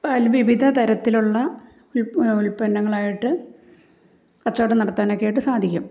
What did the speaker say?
പാല് വിവിധ തരത്തിലുള്ള ഉൽ ഉത്പന്നങ്ങളായിട്ട് കച്ചവടം നടത്താനൊക്കെ ആയിട്ടു സാധിക്കും